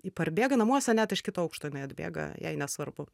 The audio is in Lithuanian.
ji bėga namuose net iš kito aukšto jinai atbėga jai nesvarbu